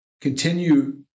continue